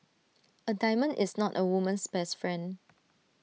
A diamond is not A woman's best friend